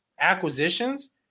acquisitions